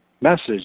message